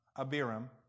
Abiram